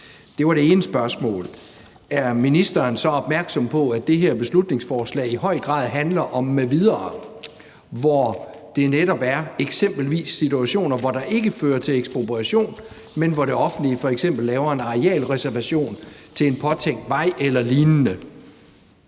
Det var det ene spørgsmål. Er ministeren så opmærksom på, at det her beslutningsforslag i høj grad handler om »m.v.«, hvor det eksempelvis netop er situationer, hvor det ikke fører til ekspropriation, men hvor det offentlige f.eks. laver en arealreservation til en påtænkt vej eller lignende?